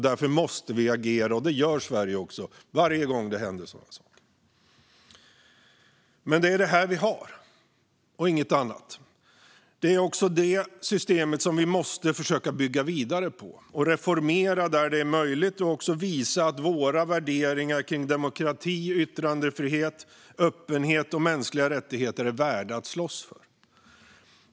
Därför måste vi agera, och det gör Sverige varje gång det händer sådana saker. Det är detta vi har, och inget annat. Det är också detta system som vi måste försöka att bygga vidare på och reformera där det är möjligt. Vi måste även visa att våra värderingar när det gäller demokrati, yttrandefrihet, öppenhet och mänskliga rättigheter är värda att slåss för.